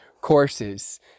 courses